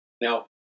Now